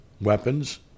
weapons